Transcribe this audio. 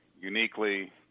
uniquely